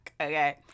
Okay